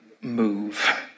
move